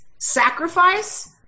sacrifice